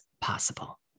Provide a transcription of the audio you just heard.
possible